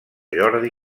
jordi